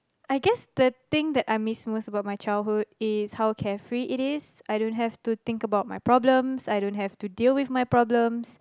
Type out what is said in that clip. I guess the thing I miss most about my childhood is how carefree it is I don't have to think about my problems I don't have to deal with my problems